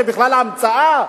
שבכלל זה המצאה,